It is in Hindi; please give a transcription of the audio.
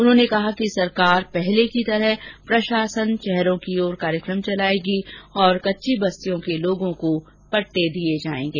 उन्होंने कहा कि सरकार पहले की तरह प्रशासन शहरों की ओर कार्यक्रम चलाएगी और कच्ची बस्तियों के लोगों को पट्टे दिए जाएंगे